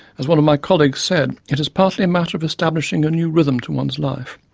as one of my colleagues said, it is partly a matter of establishing a new rhythm to one's life.